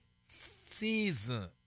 season